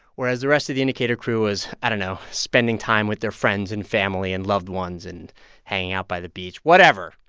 whereas the rest of the indicator crew was, i don't know, spending time with their friends and family and loved ones and hanging out by the beach. whatever.